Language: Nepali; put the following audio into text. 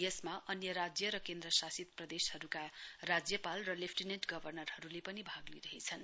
यसमा अन्य राज्य र केन्द्रशासित प्रदेशहरूका राज्यपाल र लेफटिनेन्ट गवर्नरहरूले पनि भाग लिइरहेछन्